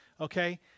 Okay